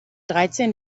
dreizehn